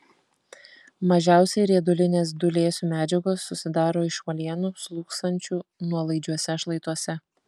mažiausiai riedulinės dūlėsių medžiagos susidaro iš uolienų slūgsančių nuolaidžiuose šlaituose